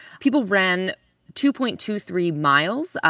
people ran two point two three miles.